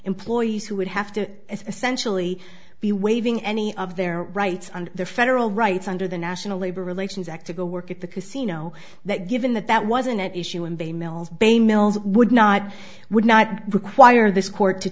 employees who would have to essentially be waiving any of their rights under the federal rights under the national labor relations act to go work at the casino that given that that wasn't at issue and they mills bay mills would not would not be required this court to